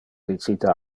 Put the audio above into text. dicite